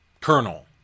Colonel